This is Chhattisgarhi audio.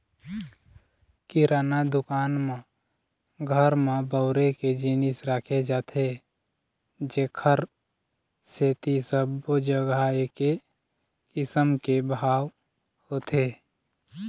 किराना दुकान म घर म बउरे के जिनिस राखे जाथे जेखर सेती सब्बो जघा एके किसम के भाव होथे